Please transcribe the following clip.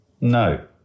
No